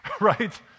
right